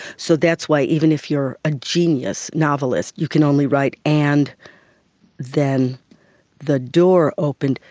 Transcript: so that's why even if you are a genius novelist you can only write and then the door opened,